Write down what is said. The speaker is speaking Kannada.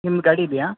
ನಿಮ್ಮ ಗಾಡಿ ಇದೆಯಾ